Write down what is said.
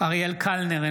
אריאל קלנר,